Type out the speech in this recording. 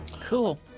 Cool